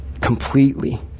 completely